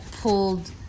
pulled